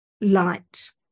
Light